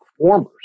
performers